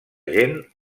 gent